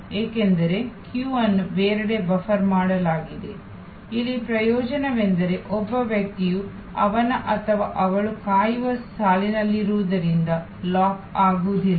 ಏಕೆಂದರೆ ಸರದಿ ಅನ್ನು ಬೇರೆಡೆ ಬಫರ್ ಮಾಡಲಾಗಿದೆ ಇಲ್ಲಿ ಪ್ರಯೋಜನವೆಂದರೆ ಒಬ್ಬ ವ್ಯಕ್ತಿಯು ಅವನು ಅಥವಾ ಅವಳು ಕಾಯುವ ಸಾಲಿನಲ್ಲಿರುವುದರಿಂದ ಲಾಕ್ ಆಗುವುದಿಲ್ಲ